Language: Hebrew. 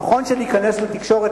נכון שלהיכנס לתקשורת,